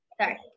Sorry